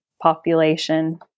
population